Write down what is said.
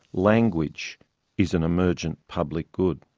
language is an emergent public good.